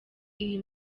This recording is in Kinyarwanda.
iyi